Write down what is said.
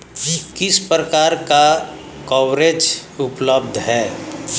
किस प्रकार का कवरेज उपलब्ध है?